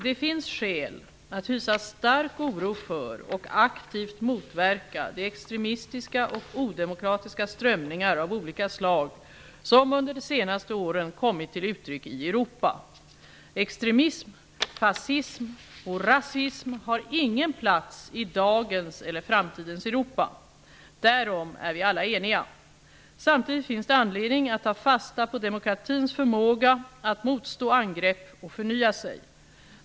Det finns skäl att hysa stark oro för och aktivt motverka de extremistiska och odemokratiska strömningar av olika slag som under de senaste åren kommit till uttryck i Europa. Extremism, fascism och rasism har ingen plats i dagens eller framtidens Europa. Därom är vi alla eniga. Samtidigt finns det anledning att ta fasta på demokratins förmåga att motstå angrepp och förnya sig.